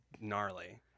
gnarly